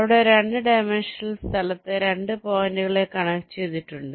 അവിടെ 2 ഡിമെൻഷനൽ സ്ഥലത്തെ 2 പോയിന്റ്കളെ കണക്ട് ചെയ്തിട്ടുണ്ട്